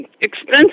expensive